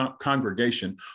congregation